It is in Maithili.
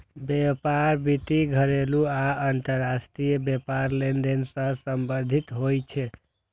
व्यापार वित्त घरेलू आ अंतरराष्ट्रीय व्यापार लेनदेन सं संबंधित होइ छै